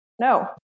No